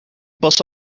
posso